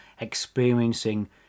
experiencing